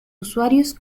usuarios